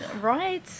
Right